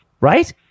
right